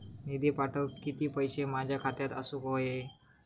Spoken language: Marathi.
निधी पाठवुक किती पैशे माझ्या खात्यात असुक व्हाये?